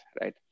right